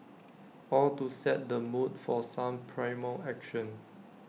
all to set the mood for some primal action